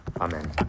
Amen